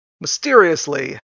mysteriously